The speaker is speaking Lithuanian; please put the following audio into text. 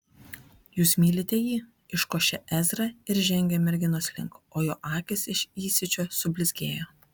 jūs mylite jį iškošė ezra ir žengė merginos link o jo akys iš įsiūčio sublizgėjo